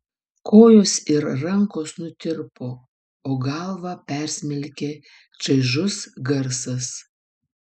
kojos ir rankos nutirpo o galvą persmelkė čaižus garsas